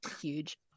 huge